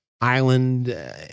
island